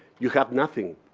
you have nothing.